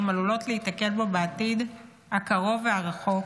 עלולות להיתקל בו בעתיד הקרוב והרחוק,